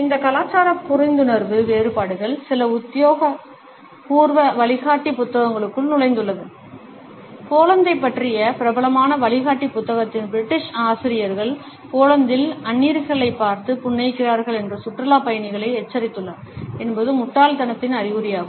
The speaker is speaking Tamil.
இந்த கலாச்சார புரிந்துணர்வு வேறுபாடுகள் சில உத்தியோகபூர்வ வழிகாட்டி புத்தகங்களுக்குள் நுழைந்துள்ளன போலந்தைப் பற்றிய பிரபலமான வழிகாட்டி புத்தகத்தின் பிரிட்டிஷ் ஆசிரியர்கள் போலந்தில் அந்நியர்களைப் பார்த்து புன்னகைக்கிறார்கள் என்று சுற்றுலாப் பயணிகளை எச்சரித்துள்ளனர் என்பது முட்டாள்தனத்தின் அறிகுறியாகும்